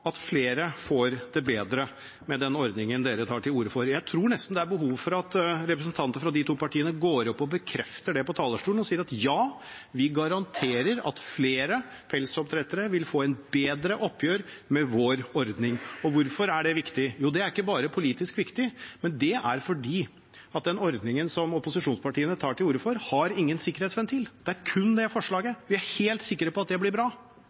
at flere får det bedre med den ordningen de tar til orde for? Jeg tror nesten det er behov for at representanter fra de to partiene går opp og bekrefter det på talerstolen og sier: Ja, vi garanterer at flere pelsdyroppdrettere vil få et bedre oppgjør med vår ordning. Hvorfor er det viktig? Jo, det er ikke bare politisk viktig – det er fordi den ordningen som opposisjonspartiene tar til orde for, har ingen sikkerhetsventil. Det er kun det forslaget – de er helt sikre på at det blir bra,